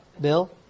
Bill